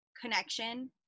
connection